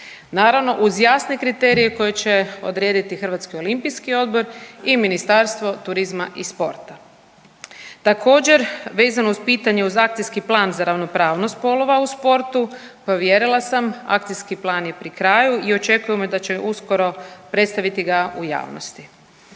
naravno uz jasne kriterije koje će odrediti Hrvatski olimpijski odbor i Ministarstvo turizma i sporta. Također vezano uz pitanje uz akcijski plan za ravnopravnost spolova u sportu provjerila sam, akcijski plan je pri kraju i očekujemo da će uskoro predstaviti ga u javnosti.